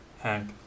Hank